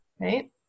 right